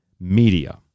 media